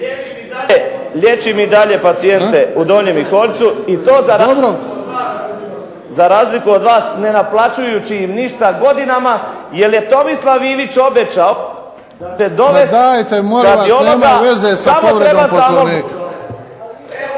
liječim i dalje pacijente u Donjem Miholjcu i to za razliku od vas ne naplaćujući im ništa godinama jer je Tomislav Ivić obećao.../Govornik se isključio, ne čuje